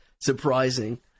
surprising